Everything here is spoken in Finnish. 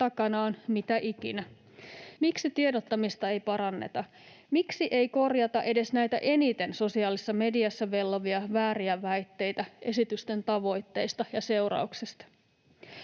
takana on mitä ikinä. Miksi tiedottamista ei paranneta? Miksi ei korjata edes näitä eniten sosiaalisessa mediassa vellovia vääriä väitteitä esitysten tavoitteista ja seurauksista?